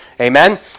Amen